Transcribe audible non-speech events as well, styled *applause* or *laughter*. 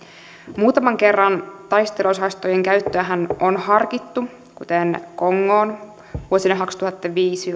muutaman kerran taisteluosastojen käyttöähän on harkittu kuten kongoon vuosina kaksituhattaviisi *unintelligible*